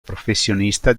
professionista